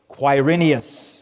Quirinius